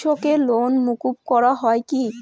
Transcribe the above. কৃষকদের লোন মুকুব করা হয় কি?